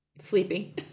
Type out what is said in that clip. sleeping